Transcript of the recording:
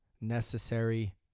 necessary